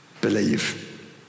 believe